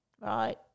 right